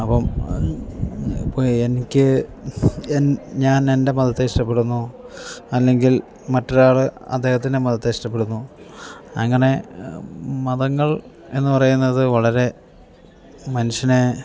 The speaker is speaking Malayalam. അപ്പം ഇപ്പോൾ എനിക്ക് ഞാൻ എൻ്റെ മതത്തെ ഇഷ്ടപ്പെടുന്നു അല്ലെങ്കിൽ മറ്റൊരാൾ അദ്ദേഹത്തിൻ്റെ മതത്തെ ഇഷ്ടപ്പെടുന്നു അങ്ങനെ മതങ്ങൾ എന്നു പറയുന്നത് വളരെ മനുഷ്യനെ